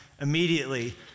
immediately